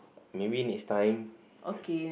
maybe next time